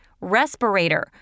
Respirator